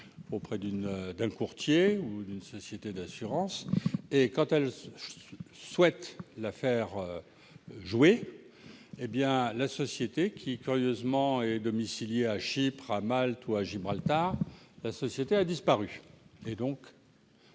auprès d'un courtier ou d'une société d'assurance ; or, quand elles souhaitent la faire jouer, la société, qui curieusement est domiciliée à Chypre, Malte ou Gibraltar, a disparu.